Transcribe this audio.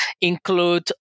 include